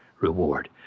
reward